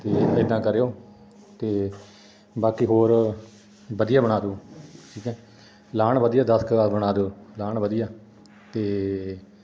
ਅਤੇ ਇੱਦਾਂ ਕਰਿਓ ਅਤੇ ਬਾਕੀ ਹੋਰ ਵਧੀਆ ਬਣਾ ਦਿਓ ਠੀਕ ਹੈ ਲਾਣ ਵਧੀਆ ਦਸ ਕੁ ਬਣਾ ਦਿਓ ਲਾਣ ਵਧੀਆ ਅਤੇ